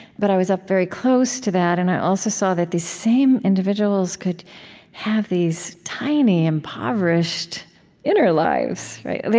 but i was up very close to that and i also saw that these same individuals could have these tiny, impoverished inner lives, right?